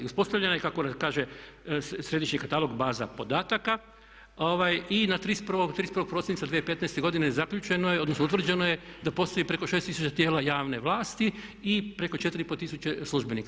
Uspostavljena je kako nam kaže središnji katalog baza podataka i na 31. prosinca 2015. godine zaključeno je odnosno utvrđeno je da postoji preko 6000 tijela javne vlasti i preko 4500 službenika.